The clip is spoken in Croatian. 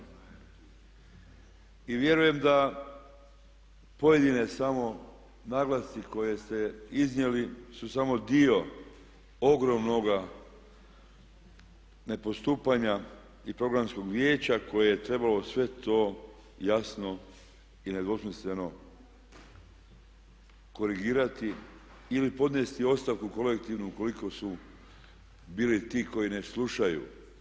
I vjerujem da pojedini samo naglasci koje ste iznijeli su samo dio ogromnoga nepostupanja i programskog vijeća koje je trebalo sve to jasno i nedvosmisleno korigirati ili podnijeti ostavku kolektivnu ukoliko su bili ti koji ne slušaju.